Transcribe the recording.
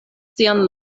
sian